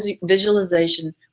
visualization